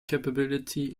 capability